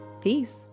Peace